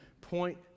point